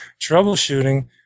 troubleshooting